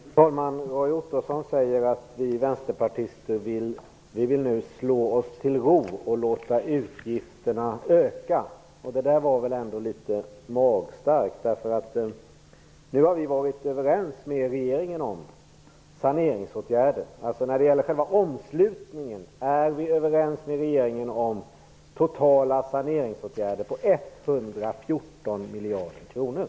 Fru talman! Roy Ottosson säger att vi vänsterpartister vill slå oss till ro och låta utgifterna öka, men det var väl ändå litet magstarkt. Vi har ju nu varit överens med regeringen om saneringsåtgärder. När det gäller själva omslutningen är vi överens med regeringen om saneringsåtgärder på totalt 114 miljarder kronor.